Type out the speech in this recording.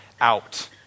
out